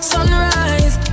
Sunrise